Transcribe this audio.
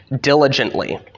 diligently